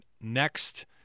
next